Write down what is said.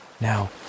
Now